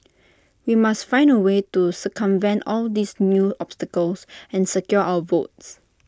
we must find A way to circumvent all these new obstacles and secure our votes